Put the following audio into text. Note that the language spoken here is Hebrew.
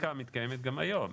הפרקטיקה מתקיימת גם היום.